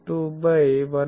2 by 1